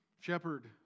Shepherd